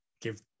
give